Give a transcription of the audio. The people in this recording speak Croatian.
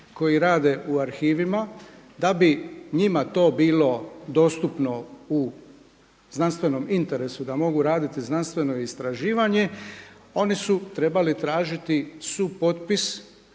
koji rade u arhivima da bi njima to bilo dostupno u znanstvenom interesu, da mogu raditi znanstveno istraživanje, oni su trebali tražiti supotpis